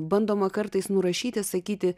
bandoma kartais nurašyti sakyti